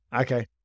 Okay